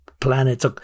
planets